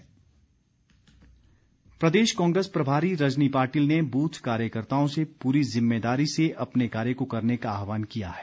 कांग्रेस प्रदेश कांग्रेस प्रभारी रजनी पाटिल ने बूथ कार्यकर्ताओं से पूरी जिम्मेदारी से अपने कार्य को करने का आहवान किया है